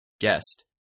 Guest